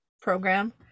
program